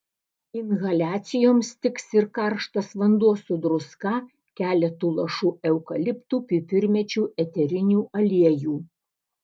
inhaliacijoms tiks ir karštas vanduo su druska keletu lašų eukaliptų pipirmėčių eterinių aliejų